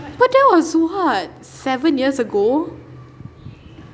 but that was what seven years ago